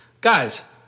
Guys